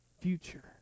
future